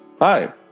Hi